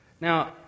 Now